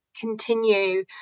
continue